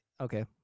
okay